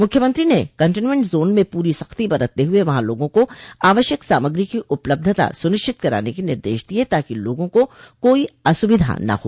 मुख्यमंत्री ने containment zone में पूरी सख्ती बरतते हुए वहां लोगों को आवश्यक सामग्री की उपलब्धता स्निश्चित कराने के निर्देश दिये ताकि लोगों को कोई असुविधा न हो